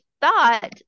Thought